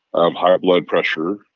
um high blood pressure.